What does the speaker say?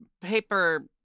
paper